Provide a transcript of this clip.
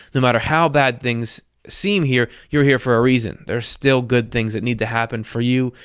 no matter how bad things seem here, you're here for a reason. there's still good things that need to happen for you,